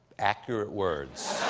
accurate words.